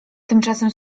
tymczasem